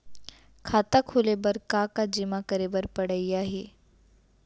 खाता खोले बर का का जेमा करे बर पढ़इया ही?